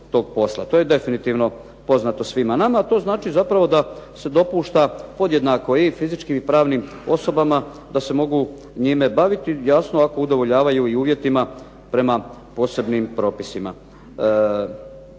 To je definitivno poznato svima nama, a to znači zapravo da se dopušta podjednako i fizičkim i pravnim osobama da se mogu njime baviti, jasno ako udovoljavaju i uvjetima prema posebnim propisima.